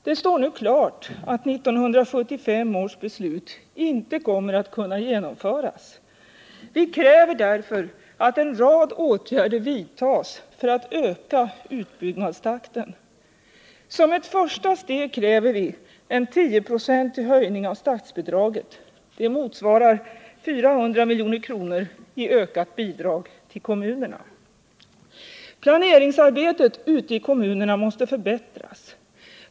Det står nu klart att 1975 års beslut inte kommer att kunna genomföras. Vi kräver därför att en rad åtgärder vidtas för att öka utbyggnadstakten. Som ett första steg kräver vi nu en 10-procentig höjning av statsbidraget, vilket motsvarar 400 milj.kr. i ökat bidrag till kommunerna. Planeringsarbetet ute i kommunerna måste förbättras.